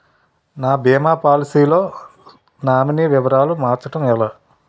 నా భీమా పోలసీ లో నామినీ వివరాలు మార్చటం ఎలా?